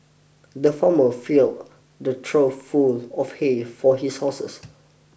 the farmer filled the trough full of hay for his horses